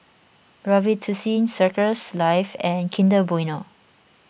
Robitussin Circles Life and Kinder Bueno